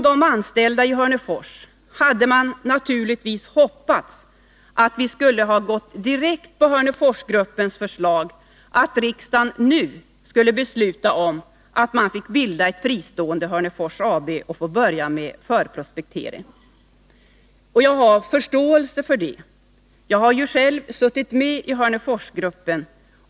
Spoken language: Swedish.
De anställda i Hörnefors hade naturligtvis hoppats att vi direkt skulle ställa oss bakom Hörneforsgruppens förslag, att riksdagen nu skulle besluta att man fick bilda ett fristående Hörnefors AB och få börja med förprospektering. Jag har förståelse härför och stöder således det förslaget. Jag har ju själv suttit med i Hörneforsgruppen.